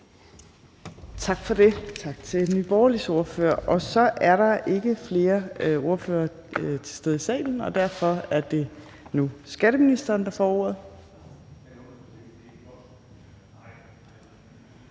Tak for det til Nye Borgerliges ordfører. Så er der ikke flere ordførere til stede i salen, og derfor er det nu skatteministeren, der får ordet.